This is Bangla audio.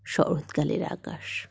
শরৎকালের আকাশ